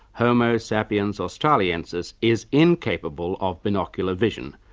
homo sapiens australiensis is incapable of binocular vision,